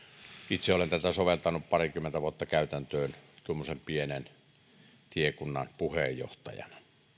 itse olen tätä soveltanut parikymmentä vuotta käytäntöön tuommoisen pienen tiekunnan puheenjohtajana